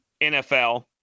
NFL